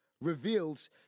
reveals